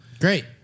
Great